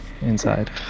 inside